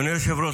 אדוני היושב-ראש,